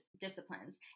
disciplines